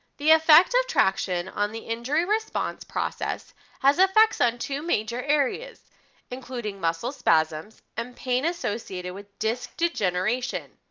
the effect of traction on the injury response process has effects on two major areas including muscle spasms and pain associated with disc degeneration.